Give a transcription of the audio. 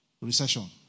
Recession